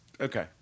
Okay